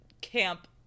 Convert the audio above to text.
camp